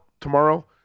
tomorrow